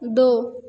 दू